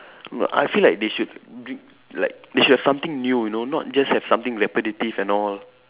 ya I feel like they should br like they should have something new you know not just have something repetitive and all